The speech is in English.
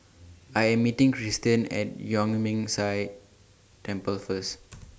I Am meeting Cristian At Yuan Ming Si Temple First